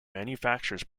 manufactures